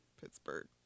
Pittsburgh